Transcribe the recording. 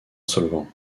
solvant